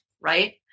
Right